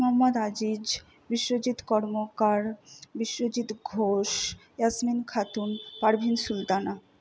Mohammad Aziz Biswajit Karmakar Biswajit Ghosh Yasmin Khatun Parvin Sultana